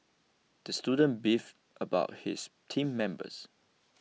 the student beef about his team members